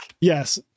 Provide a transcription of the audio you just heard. yes